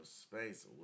space